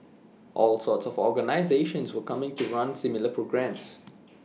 all sorts of organisations were coming to run similar programmes